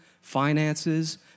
finances